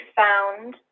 found